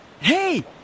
Hey